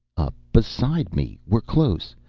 up beside me! we're close.